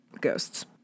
ghosts